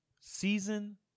Season